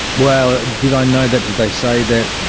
well, did i know that, did they say that?